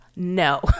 No